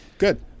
Good